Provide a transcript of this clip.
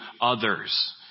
others